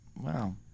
wow